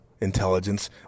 intelligence